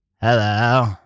hello